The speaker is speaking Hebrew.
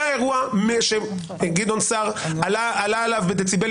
היה אירוע שגדעון סער עלה עליו בדציבלים